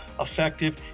effective